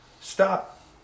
stop